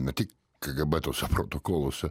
ne tik kgb tuose protokoluose